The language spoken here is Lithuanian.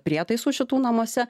prietaisus šitų namuose